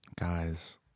Guys